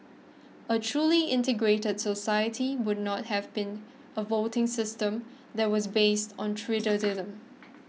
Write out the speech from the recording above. a truly integrated society would not have been a voting system that was based on tribalism